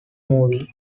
movie